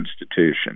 institution